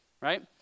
right